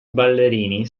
ballerini